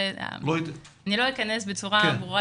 מטבע הדברים אני לא אכנס בצורה ברורה